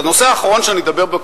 הנושא האחרון שאני אדבר עליו,